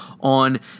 on